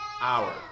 hour